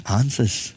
answers